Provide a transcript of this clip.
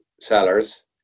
sellers